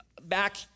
Back